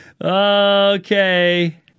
Okay